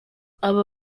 aba